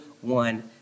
one